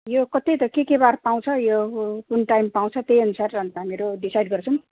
यो त्यही त के के बार पाउँछ यो कुन टाइम पाउँछ त्यहीअनुसार अनि त हामीहरू डिसाइड गर्छौँ